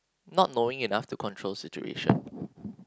not knowing enough to control situation